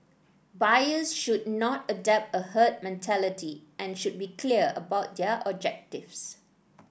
buyers should not adopt a herd mentality and should be clear about their objectives